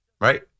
right